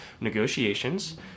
negotiations